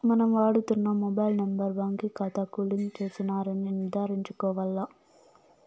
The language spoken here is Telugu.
మనం వాడుతున్న మొబైల్ నెంబర్ బాంకీ కాతాకు లింక్ చేసినారని నిర్ధారించుకోవాల్ల